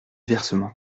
versement